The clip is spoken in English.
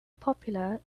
popular